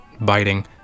biting